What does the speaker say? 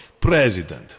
president